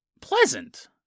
Pleasant